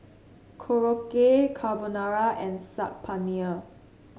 Korokke Carbonara and Saag Paneer